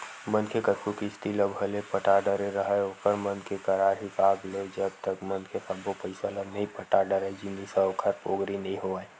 मनखे कतको किस्ती ल भले पटा डरे राहय ओखर मन के करार हिसाब ले जब तक मनखे सब्बो पइसा ल नइ पटा डरय जिनिस ह ओखर पोगरी नइ होवय